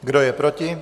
Kdo je proti?